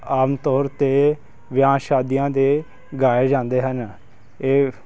ਆਮ ਤੌਰ 'ਤੇ ਵਿਆਹ ਸ਼ਾਦੀਆਂ ਦੇ ਗਾਏ ਜਾਂਦੇ ਹਨ ਇਹ